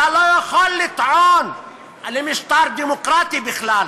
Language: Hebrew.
אתה לא יכול לטעון למשטר דמוקרטי בכלל,